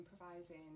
improvising